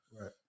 right